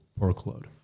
workload